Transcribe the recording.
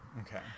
Okay